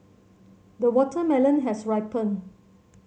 the watermelon has ripened